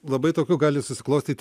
labai tokių gali susiklostyt